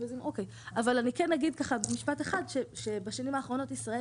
אבל אני כן אגיד ככה במשפט אחד שבשנים האחרונות ישראל